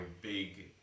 big